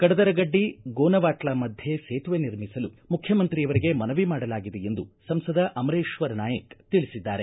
ಕಡದರಗಡ್ಡಿ ಗೋನವಾಟ್ಲ ಮಧ್ಯೆ ಸೇತುವೆ ನಿರ್ಮಿಸಲು ಮುಖ್ಖಮಂತ್ರಿಯವರಿಗೆ ಮನವಿ ಮಾಡಲಾಗಿದೆ ಎಂದು ಸಂಸದ ಅಮರೇಶ್ವರ ನಾಯಕ ತಿಳಿಸಿದ್ದಾರೆ